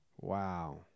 Wow